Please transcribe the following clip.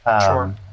Sure